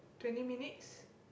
twenty minutes